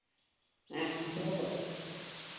ᱦᱮᱸ ᱟᱫᱚ